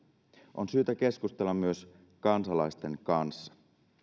on syytä keskustella myös kansalaisten kanssa